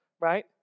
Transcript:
right